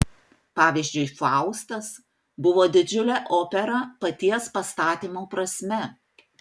pavyzdžiui faustas buvo didžiulė opera paties pastatymo prasme